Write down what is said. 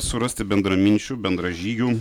surasti bendraminčių bendražygių